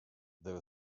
there